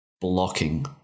blocking